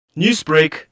Newsbreak